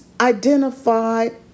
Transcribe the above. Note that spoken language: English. identified